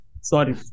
Sorry